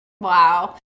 Wow